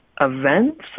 events